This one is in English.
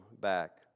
back